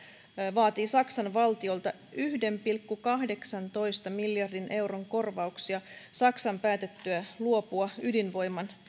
vaatii saksan valtiolta yhden pilkku kahdeksantoista miljardin euron korvauksia saksan päätettyä luopua ydinvoiman